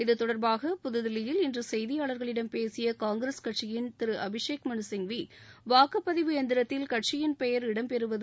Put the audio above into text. இத்தொடர்பாக புதுதில்லியில் இன்று செய்தியாளர்களிடம் பேசிய காங்கிரஸ் கட்சியின் திரு அபிஷேக் மனு சிங்வி வாக்குப் பதிவு எந்திரத்தில் கட்சியின் பெயர் இடம் பெறுவது